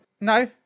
No